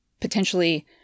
potentially